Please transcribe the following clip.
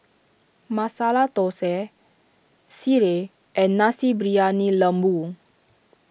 Masala Thosai Sireh and Nasi Briyani Lembu